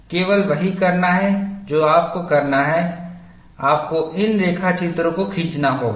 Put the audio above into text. केवल वही करना है जो आपको करना है आपको इन रेखाचित्रों को खींचना होगा